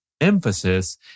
emphasis